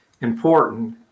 important